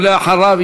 ואחריו,